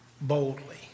boldly